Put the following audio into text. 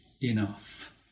enough